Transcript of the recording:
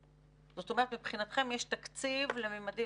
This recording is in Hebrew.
שאלה נוספת: לגבי מקור המימון,